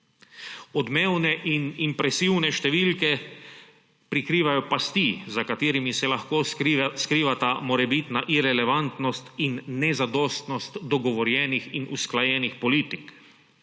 Odmevne in impresivne številke prikrivajo pasti, za katerimi se lahko skrivata morebitna irelevantnost in nezadostnost dogovorjenih in usklajenih politik.